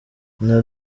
nta